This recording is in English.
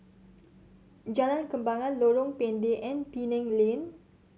Jalan Kembangan Lorong Pendek and Penang Lane